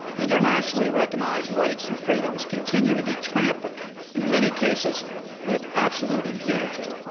internationally recognized rights and freedoms continue to be trampled and in many cases with absolute impunity.